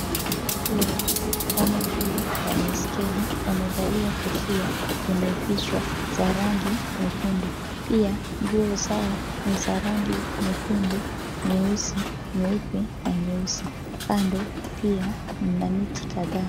Watu wawili wamo juu ya baiskeli. Wamevalia kofia kwenye vichwa za rangi nyekundu. Pia nguo zao ni za rangi nyekundu, nyeusi, nyeupe, na nyeusi. Kando pia mna miti kadhaa.